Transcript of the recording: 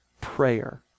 prayer